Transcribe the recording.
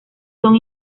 son